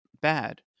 bad